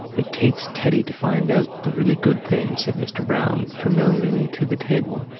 it takes teddy to find out the really good things, said mr. browne familiarly to the table.